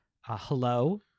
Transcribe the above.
Hello